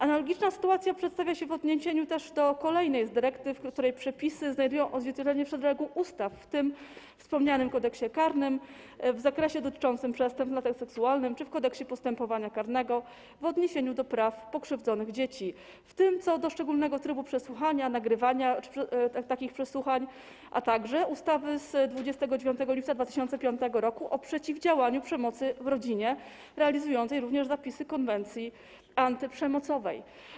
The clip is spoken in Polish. Analogicznie sytuacja przedstawia się w odniesieniu do kolejnej z dyrektyw, której przepisy znajdują odzwierciedlenie w szeregu ustaw, w tym we wspomnianym Kodeksie karnym w zakresie dotyczącym przestępstw na tle seksualnym czy w Kodeksie postępowania karnego w odniesieniu do praw pokrzywdzonych dzieci, w tym co do szczególnego trybu przesłuchania, nagrywania takich przesłuchań, a także w ustawie z 29 lipca 2005 r. o przeciwdziałaniu przemocy w rodzinie, realizującej również zapisy konwencji antyprzemocowej.